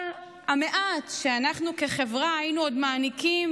כל המעט שאנחנו כחברה עוד היינו מעניקים